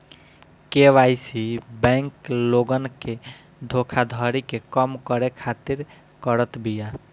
KYC bank लोगन के धोखाधड़ी के कम करे खातिर करत बिया